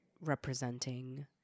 representing